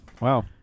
Wow